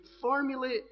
formulate